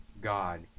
God